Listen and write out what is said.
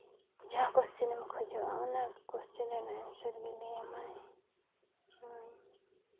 ᱡᱟᱦᱟᱸ ᱠᱚᱥᱪᱟᱱ ᱮᱢ ᱠᱷᱚᱡᱚᱜᱼᱟ ᱚᱱᱟ ᱠᱚᱥᱪᱟᱱ ᱨᱮᱭᱟᱜ ᱮᱱᱥᱟᱨ ᱜᱮᱭ ᱞᱟᱹᱭ ᱟᱢᱟᱭ ᱟᱨ